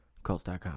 Colts.com